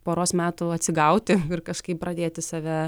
poros metų atsigauti ir kažkaip pradėti save